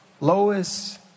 Lois